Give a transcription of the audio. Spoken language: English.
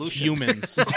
Humans